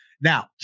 now